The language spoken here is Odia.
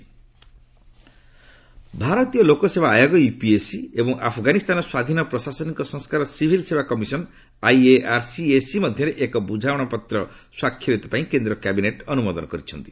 କ୍ୟାବିନେଟ୍ ଭାରତୀୟ ଲୋକସେବା ଆୟୋଗ ୟୁପିଏସ୍ସି ଏବଂ ଆଫ୍ଗାନିସ୍ତାନର ସ୍ୱାଧୀନ ପ୍ରଶାସନିକ ସଂସ୍କାର ଓ ସିଭିଲ୍ ସେବା କମିଶନ୍ ଆଇଏଆର୍ସିଏସ୍ସି ମଧ୍ୟରେ ଏକ ବୁଝାମଣାପତ୍ର ସ୍ୱାକ୍ଷରିତ ପାଇଁ କେନ୍ଦ୍ର କ୍ୟାବିନେଟ୍ ଅନୁମୋଦନ ପ୍ରଦାନ କରିଛନ୍ତି